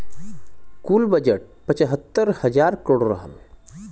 कुल बजट पचहत्तर हज़ार करोड़ रहल